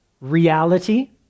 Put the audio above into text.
reality